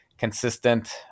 consistent